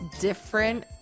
different